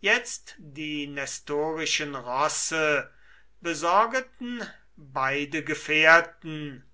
jetzt die nestorischen rosse besorgeten beide gefährten